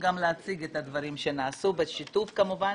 גם להציג את הדברים שנעשו בשיתוף כמובן